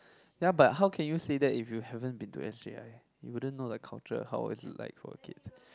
ya but how can you say that if you haven't been to s_j_i you wouldn't know the culture how is it like for kids